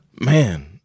man